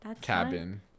cabin